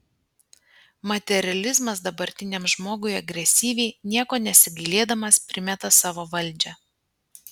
materializmas dabartiniam žmogui agresyviai nieko nesigailėdamas primeta savo valdžią